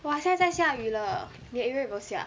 !wah! 先在在下雨了你的 area 有没有下